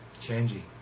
changing